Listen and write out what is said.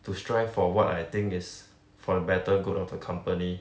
to strive for what I think is for the better good of the company